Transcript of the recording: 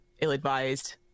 ill-advised